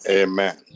amen